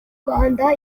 rwanda